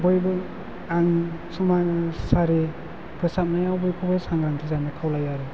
बयबो आं समाजारि फोसाबनायाव बयखौबो सांग्रांथि जानो खावलायो आरो